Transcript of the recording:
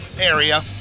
area